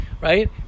right